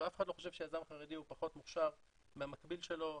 אף אחד לא חושב שיזם חרדי פחות מוכשר ממקביל שלו,